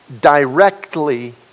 directly